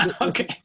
Okay